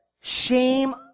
shame